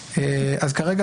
הבוקר,